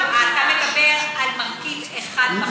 אתה מדבר על מרכיב אחד בחוק הזה.